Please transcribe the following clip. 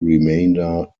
remainder